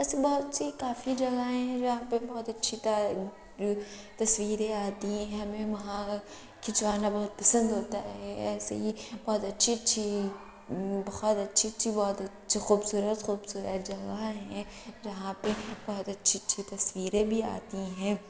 ایسی بہت سی کافی جگہیں ہیں جہاں پہ بہت اچھی تصویریں آتی ہیں ہمیں وہاں کھچوانا بہت پسند ہوتا ہے ایسے ہی بہت اچھی اچھی بہت اچھی اچھی بہت اچھی خوبصورت خوبصورت جگہ ہیں جہاں پہ بہت اچھی اچھی تصویریں بھی آتی ہیں